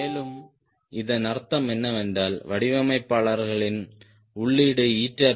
மேலும் இதன் அர்த்தம் என்னவென்றால் வடிவமைப்பாளர்களின் உள்ளீடு P 0